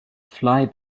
fly